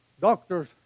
Doctors